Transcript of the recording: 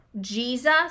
Jesus